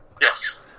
Yes